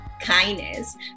kindness